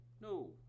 No